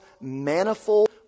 manifold